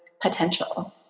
potential